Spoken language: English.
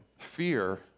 Fear